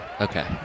Okay